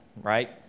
right